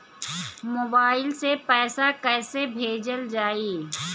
Mobile से पैसा कैसे भेजल जाइ?